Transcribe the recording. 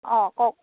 অঁ কওক